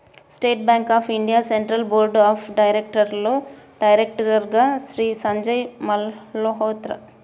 state Bank of India Central Board of డైరెక్టర్స్లో డైరెక్టర్గా శ్రీ సంజయ్ మల్హోత్రా